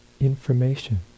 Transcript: information